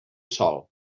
sòl